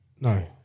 No